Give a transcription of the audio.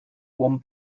one